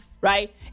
right